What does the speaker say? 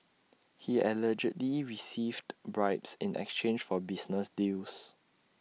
he allegedly received bribes in exchange for business deals